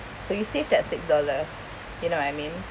so you saved that six dollar you know what I mean